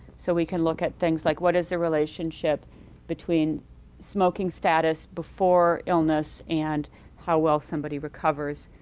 so we can look at things like what is the relationship between smoking status before illness and how well somebody recovers,